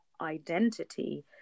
identity